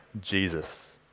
Jesus